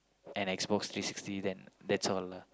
an X Box three sixty then that's all lah